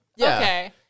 okay